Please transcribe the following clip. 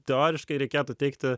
teoriškai reikėtų teikti